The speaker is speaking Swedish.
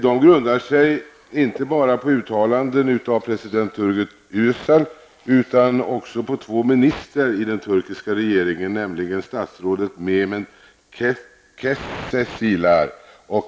Detta grundar sig inte bara på uttalanden av president Turgut Özal, utan också från två ministrar i den turkiska regeringen, nämligen statsrådet Sungurlu.